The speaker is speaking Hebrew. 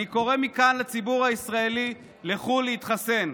אני קורא מכאן לציבור הישראלי: לכו להתחסן.